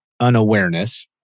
unawareness